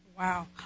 Wow